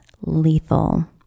lethal